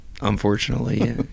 unfortunately